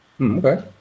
Okay